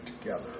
together